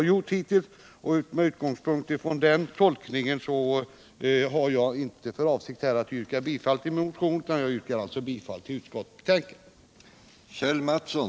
Med utgångspunkt i den tolkningen har jag inte för avsikt att yrka bifall till min motion. Jag yrkar alltså bifall till utskottets hemställan.